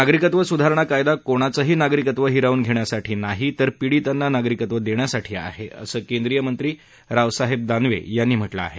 नागरिकत्व सुधारणा कायदा कोणाचंही नागरिकत्व हिरावून घेण्यासाठी नाही तर पीडितांना नागरिकत्व देण्यासाठी आहे असं केंद्रीय मंत्री रावसाहेब दानवे यांनी म्हटलं आहे